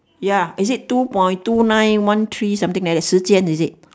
ya is it two point two nine one three something like that 时间 is it